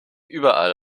überall